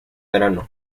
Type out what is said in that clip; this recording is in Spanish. verano